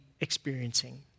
experiencing